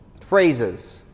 phrases